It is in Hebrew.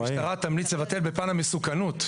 המשטרה תמליץ לבטל בפן המסוכנות.